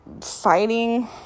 fighting